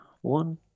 one